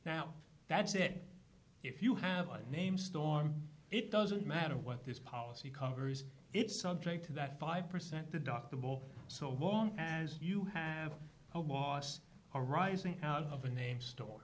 now that's it if you have a name storm it doesn't matter what this policy covers it's subject to that five percent deductible so long as you have a loss arising out of a name store